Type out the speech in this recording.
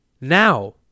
Now